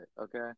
okay